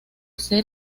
ser